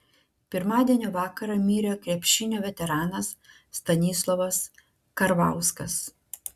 pirmadienio vakarą mirė krepšinio veteranas stanislovas karvauskas